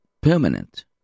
permanent